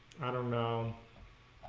i don't know